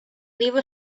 leave